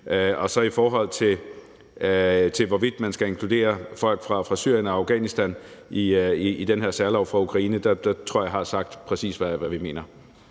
Og så i forhold til hvorvidt man skal inkludere folk fra Syrien og Afghanistan i den her særlov for Ukraine, tror jeg, jeg har sagt, hvad vi præcis